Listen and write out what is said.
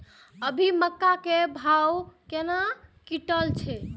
अभी मक्का के भाव केना क्विंटल हय?